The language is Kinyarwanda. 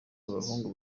abahungu